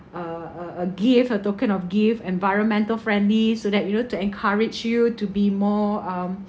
uh uh uh give a token of gift environmental friendly so that you know to encourage you to be more um